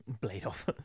Blade-off